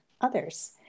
others